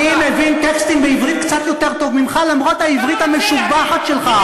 אני מבין טקסטים בעברית קצת יותר טוב ממך למרות העברית המשובחת שלך,